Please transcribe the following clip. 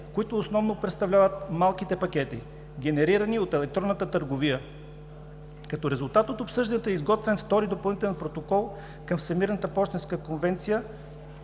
които основно представляват малките пакети, генерирани от електронната търговия. Като резултат от обсъжданията е изготвен Втори допълнителен протокол към Всемирната пощенска конвенция,